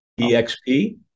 EXP